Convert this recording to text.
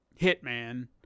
Hitman